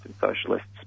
socialists